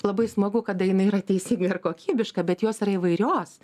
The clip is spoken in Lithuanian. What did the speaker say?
labai smagu kada jinai yra teisinga ir kokybiška bet jos yra įvairios